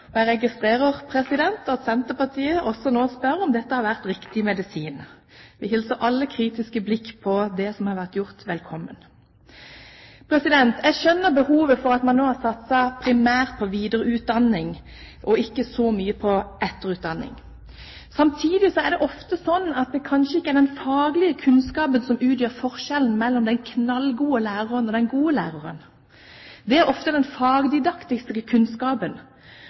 Jeg registrerer at Senterpartiet også nå spør om dette har vært riktig medisin. Vi hilser alle kritiske blikk på det som har vært gjort, velkommen. Jeg skjønner hvorfor man nå har satset primært på videreutdanning og ikke så mye på etterutdanning. Samtidig er det ofte slik at det kanskje ikke er den faglige kunnskapen som utgjør forskjellen mellom den knallgode læreren og den gode læreren. Det er ofte den fagdidaktiske kunnskapen.